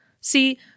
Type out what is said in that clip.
See